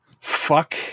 Fuck